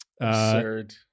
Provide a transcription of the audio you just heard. Absurd